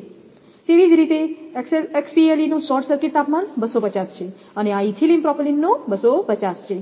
તે જ રીતે XPLE નો શોર્ટ સર્કિટ તાપમાન 250 છે અને આ ઇથિલિન પ્રોપિલિન નો 250 છે